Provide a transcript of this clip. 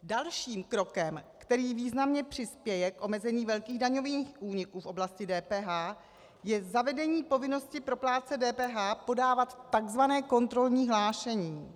Dalším krokem, který významně přispěje k omezení velkých daňových úniků v oblasti DPH, je zavedení povinnosti proplácet DPH, podávat takzvané kontrolní hlášení.